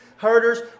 Herders